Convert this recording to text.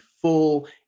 full